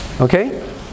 Okay